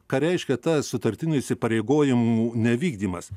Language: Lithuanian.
ką reiškia tas sutartinių įsipareigojimų nevykdymas